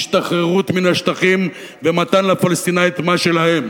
השתחררות מן השטחים ומתן לפלסטינים את מה ששלהם,